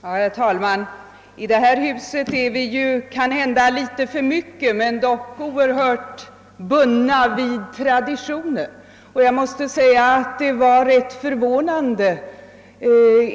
Herr talman! I detta hus är vi kanhända oerhört, ibland kanske t.o.m. litet för mycket bundna vid traditioner, Men vissa regler är dock bra. Jag måste säga att statsrådet Wickmans anförande var ganska förvånande.